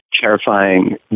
terrifying